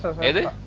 um and